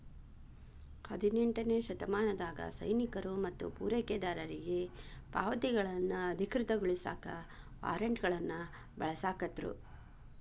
ಹದಿನೆಂಟನೇ ಶತಮಾನದಾಗ ಸೈನಿಕರು ಮತ್ತ ಪೂರೈಕೆದಾರರಿಗಿ ಪಾವತಿಗಳನ್ನ ಅಧಿಕೃತಗೊಳಸಾಕ ವಾರ್ರೆಂಟ್ಗಳನ್ನ ಬಳಸಾಕತ್ರು